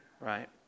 Right